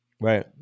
Right